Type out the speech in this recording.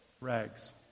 rags